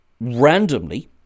Randomly